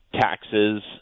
taxes